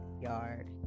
yard